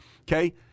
Okay